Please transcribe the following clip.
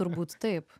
turbūt taip